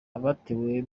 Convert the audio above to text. abatawe